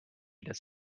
does